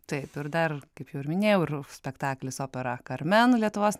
taip ir dar kaip jau ir minėjau ir spektaklis opera karmen lietuvos